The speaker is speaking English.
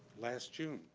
last june.